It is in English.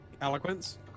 Eloquence